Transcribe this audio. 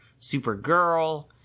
Supergirl